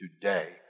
today